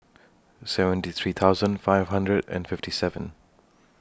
seventy three thousand five hundred and fifty seven